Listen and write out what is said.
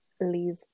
leave